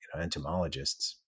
entomologists